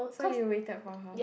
so you waited for her